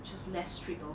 just less strict lor